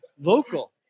local